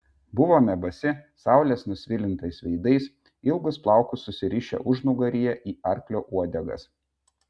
buvome basi saulės nusvilintais veidais ilgus plaukus susirišę užnugaryje į arklio uodegas